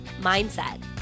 mindset